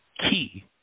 key